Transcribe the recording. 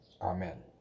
Amen